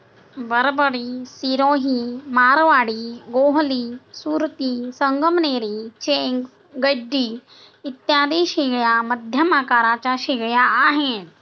बरबरी, सिरोही, मारवाडी, गोहली, सुरती, संगमनेरी, चेंग, गड्डी इत्यादी शेळ्या मध्यम आकाराच्या शेळ्या आहेत